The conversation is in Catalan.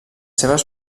seves